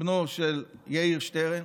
בנו של יאיר שטרן,